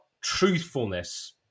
truthfulness